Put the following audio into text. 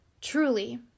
truly